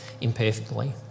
imperfectly